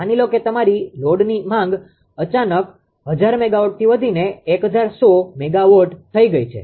માની લો કે તમારી લોડની માંગ અચાનક 1000 મેગાવોટથી વધીને 1100 મેગાવોટ થઈ ગઈ છે